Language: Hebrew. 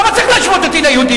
למה צריך להשוות אותי ליהודים?